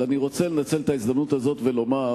אני רוצה לנצל את ההזדמנות הזאת ולומר